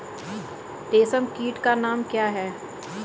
रेशम कीट का नाम क्या है?